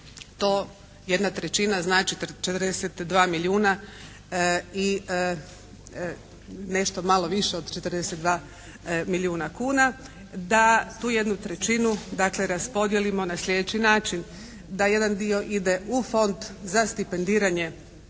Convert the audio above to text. To jedna trećina znači 42 milijuna i nešto malo više od 42 milijuna kuna, da tu jednu trećinu dakle raspodijelimo na slijedeći način. Da jedan dio ide u Fond za stipendiranje